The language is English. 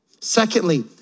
Secondly